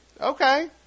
Okay